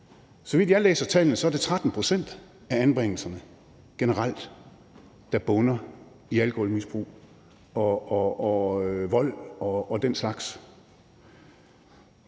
Så vidt jeg læser tallene, er det 13 pct. af anbringelserne generelt, der bunder i alkoholmisbrug og vold og den slags.